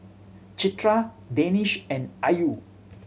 Citra Danish and Ayu